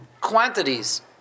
quantities